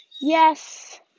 Yes